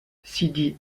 sidi